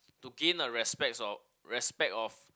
to gain a respects of respect of